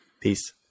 Peace